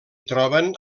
troben